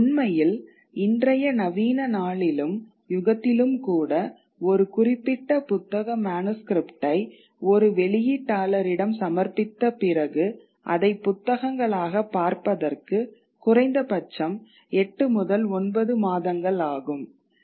உண்மையில்இன்றைய நவீன நாளிலும் யுகத்திலும் கூட ஒரு குறிப்பிட்ட புத்தக மனுஸ்க்ரிப்ட்டை ஒரு வெளியீட்டாளரிடம் சமர்ப்பித்த பிறகு அதை புத்தகங்களாக பார்ப்பதற்கு குறைந்தபட்சம் 8 முதல் 9 மாதங்கள் ஆகும்